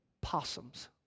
Possums